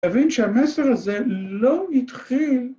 ‫להבין שהמסר הזה לא התחיל...